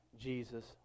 Jesus